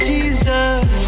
Jesus